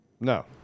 no